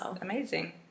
amazing